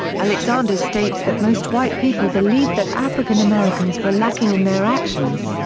alexander states that most white people believed that african americans were lacking in their actions.